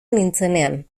nintzenean